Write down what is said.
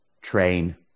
train